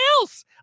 else